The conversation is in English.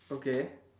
okay